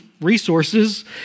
resources